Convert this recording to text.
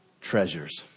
treasures